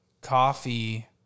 coffee